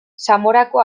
zamorako